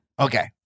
Okay